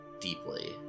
deeply